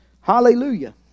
Hallelujah